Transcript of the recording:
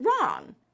wrong